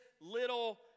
little